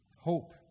Hope